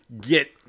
get